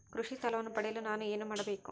ಕೃಷಿ ಸಾಲವನ್ನು ಪಡೆಯಲು ನಾನು ಏನು ಮಾಡಬೇಕು?